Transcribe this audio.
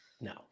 No